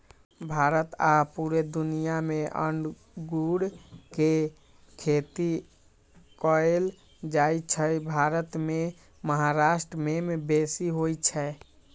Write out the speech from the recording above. भारत आऽ पुरे दुनियाँ मे अङगुर के खेती कएल जाइ छइ भारत मे महाराष्ट्र में बेशी होई छै